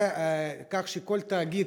כך שכל תאגיד